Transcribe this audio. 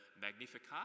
Magnificat